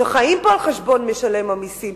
שחיים פה על חשבון משלם המסים,